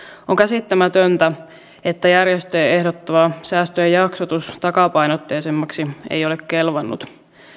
on käsittämätöntä että järjestöjen ehdottama säästöjen jaksotus takapainotteisemmaksi ei ole kelvannut